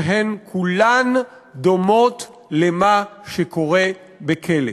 שהן כולן דומות למה שקורה בכלא.